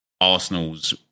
Arsenal's